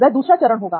वह दूसरा चरण होगा